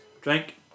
Drink